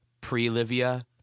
pre-Livia